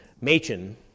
Machen